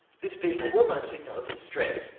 this being a well-known signal of distress,